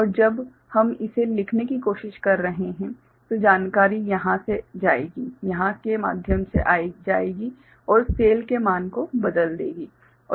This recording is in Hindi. और जब हम इसे लिखने की कोशिश कर रहे हैं तो जानकारी यहाँ से जाएगी यहाँ के माध्यम से जाएगी और सेल के मान को बदल देगी